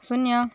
शून्य